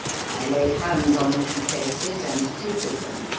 i laid hands on the two cases and tilted them.